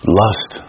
lust